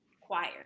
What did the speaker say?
choir